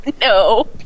no